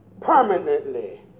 permanently